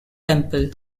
temple